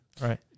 right